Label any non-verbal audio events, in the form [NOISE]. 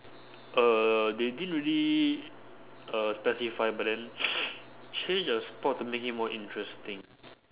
uh they didn't really uh specify but then [NOISE] change a sport to make it more interesting